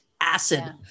acid